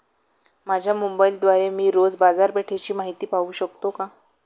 माझ्या मोबाइलद्वारे मी रोज बाजारपेठेची माहिती पाहू शकतो का?